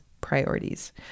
priorities